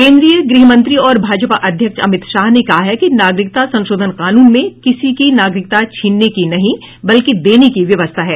केंद्रीय गृहमंत्री और भाजपा अध्यक्ष अमित शाह ने कहा है कि नागरिकता संशोधन कानून में किसी की नागरिकता छीनने की नहीं बल्कि देने की व्यवस्था है